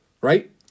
Right